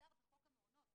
מוסדר בחוק המעונות.